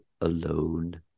alone